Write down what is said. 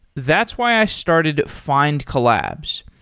that's why i started findcollabs.